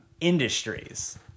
Industries